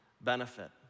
benefit